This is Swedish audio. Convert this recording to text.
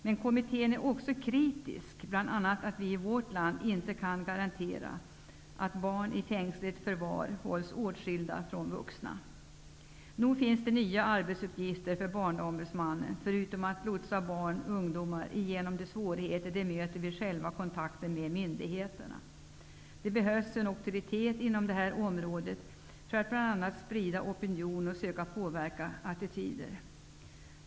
Men kommittén är också kritisk, bl.a. mot att vi i vårt land inte kan garantera att barn i fängsligt förvar hålls åtskilda från vuxna. Nog finns det nya arbetsuppgifter för Barnombudsmannen förutom att lotsa barn och ungdomar igenom de svårigheter de möter vid kontakten med myndigheterna. Det behövs en auktoritet inom detta område för att bl.a. sprida opinion och söka påverka attityder.